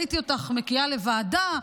ראיתי אותך מגיעה לוועדה,